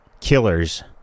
killers